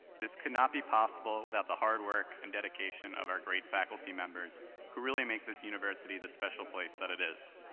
this could not be possible without the hard work and dedication of our great faculty members who really make this university the special place that it is.